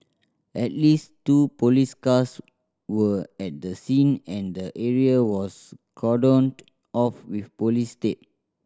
at least two police cars were at the scene and the area was cordoned off with police tape